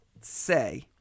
say